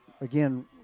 Again